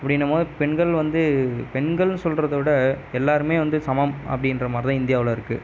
அப்படின்னும் போது பெண்கள் வந்து பெண்கள்னு சொல்கிறத விட எல்லாருமே வந்து சமம் அப்படின்ற மாதிரி தான் இந்தியாவில் இருக்குது